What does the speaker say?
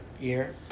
year